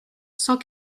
cent